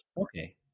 Okay